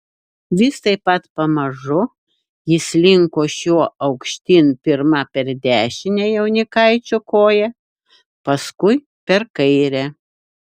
vis taip pat pamažu jis slinko šiuo aukštyn pirma per dešinę jaunikaičio koją paskui per kairę